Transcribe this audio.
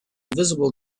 visible